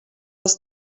els